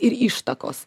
ir ištakos